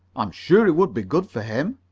i'm sure it would be good for him.